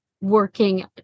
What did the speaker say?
working